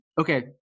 Okay